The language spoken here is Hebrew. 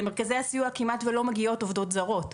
למרכזי הסיוע כמעט ולא מגיעות עובדות זרות.